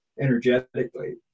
energetically